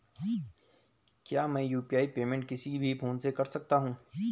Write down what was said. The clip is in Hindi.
क्या मैं यु.पी.आई पेमेंट किसी भी फोन से कर सकता हूँ?